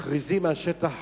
מכריזים על שטח